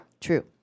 True